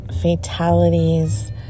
fatalities